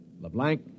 LeBlanc